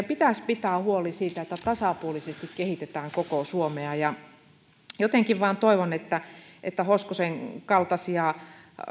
pitäisi pitää huoli siitä että tasapuolisesti kehitetään koko suomea jotenkin vain toivon että että hoskosen kaltaisia